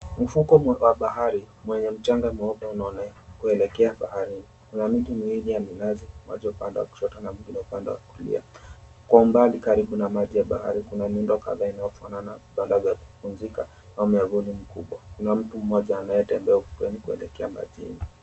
Ufukwe wa bahari mwenye mchanga mweupe unaoenea kulekea baharini. Kuna miti miwili ya minazi moja upande wa kushoto na mwingine upande wa kulia. Kwa umbali karibu na maji ya bahari kuna nyumba kadhaa inayofanana vibanda vya kupumzika au miavuli mikubwa. Kuna mtu mmoja anayetembea ufukweni kuelekea majini.